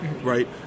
right